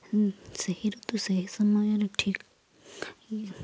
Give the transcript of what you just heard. ସେହି ଋତୁ ସେହି ସମୟରେ ଠିକ୍